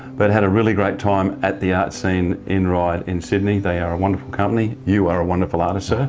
but had a really great time at the art scene in ryde, in sydney. they are a wonderful company you are a wonderful artist, sir.